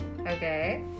Okay